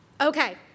Okay